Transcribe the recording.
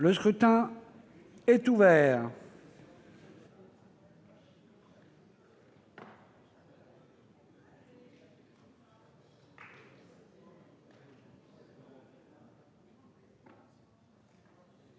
Le scrutin est ouvert.